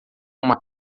uma